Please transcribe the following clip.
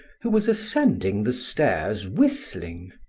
who was ascending the stairs whistling.